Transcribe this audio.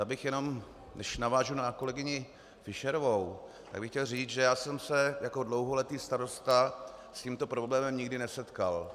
Já bych jenom, když navážu na kolegyni Fischerovou, chtěl říct, že jsem se jako dlouholetý starosta s tímto problémem nikdy nesetkal.